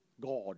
God